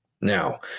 Now